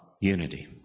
unity